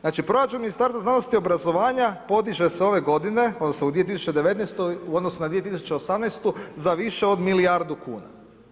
Znači proračun Ministarstva znanosti i obrazovanja podiže se ove godine, odnosno u 2019. u odnosu na 2018. za više od milijardu kuna.